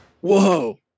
Whoa